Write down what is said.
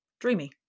Dreamy